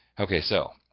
okay! so,